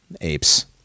apes